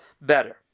better